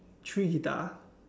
three guitar